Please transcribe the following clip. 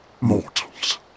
mortals